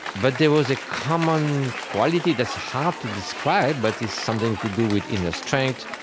but there was a common quality that's hard to describe, but it's something to do with inner strength,